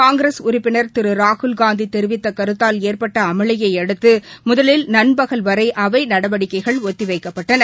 காங்கிரஸ் உறுப்பினர் திரு ராகுல்காந்தி தெரிவித்த கருத்தால் ஏற்பட்ட அமளியை அடுத்து முதலில் நண்பகல் வரை அவை நடவடிக்கைகள் ஒத்திவைக்கப்பட்டன